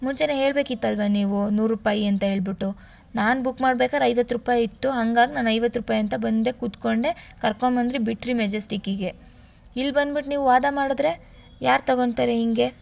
ಮುಂಚೆಯೇ ಹೇಳಬೇಕಿತ್ತಲ್ವಾ ನೀವು ನೂರು ರೂಪಾಯಿ ಅಂತ ಹೇಳ್ಬಿಟ್ಟು ನಾನು ಬುಕ್ ಮಾಡ್ಬೇಕಾದ್ರ್ ಐವತ್ತು ರೂಪಾಯಿ ಇತ್ತು ಹಾಗಾಗ್ ನಾನು ಐವತ್ತು ರೂಪಾಯಿ ಅಂತ ಬಂದೆ ಕೂತುಕೊಂಡೆ ಕರಕೊಂಬಂದ್ರಿ ಬಿಟ್ಟಿರಿ ಮೆಜೆಸ್ಟಿಕ್ಕಿಗೆ ಇಲ್ಲಿ ಬಂದ್ಬಿಟ್ ನೀವು ವಾದ ಮಾಡಿದ್ರೆ ಯಾರು ತೊಗೋತಾರೆ ಹೀಗೆ